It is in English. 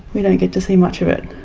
we don't get to see much of it.